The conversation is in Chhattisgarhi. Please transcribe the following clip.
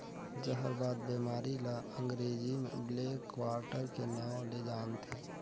जहरबाद बेमारी ल अंगरेजी में ब्लैक क्वार्टर के नांव ले जानथे